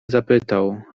zapytał